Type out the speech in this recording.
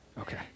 Okay